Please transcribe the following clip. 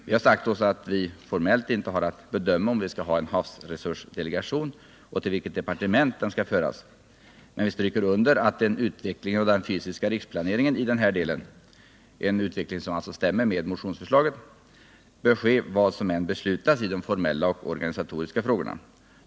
Vi har sagt oss att vi formellt inte har att bedöma om vi skall ha en havsresursdelegation och till vilket departement den skall föras. Men vi stryker under att en utveckling av den fysiska riksplaneringen i den här delen — en utveckling som alltså stämmer med motionsförslaget — bör ske, vad som än beslutas i de formella och organisatoriska frågorna.